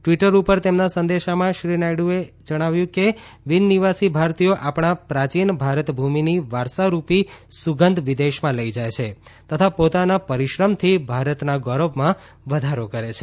Twitter ઉપર તેમના સંદેશામાં શ્રી નાયડુએ જણાવ્યું છે કે બીન નિવાસી ભારતીયો આપણા પ્રાચીન ભારતભૂમિની વારસારૂપી સુગંધ વિદેશમાં લઇ જાય છે તથા પોતાના પરિશ્રમથી ભારતના ગૌરવમાં વધારો કરે છે